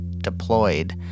deployed